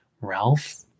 Ralph